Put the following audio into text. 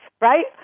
right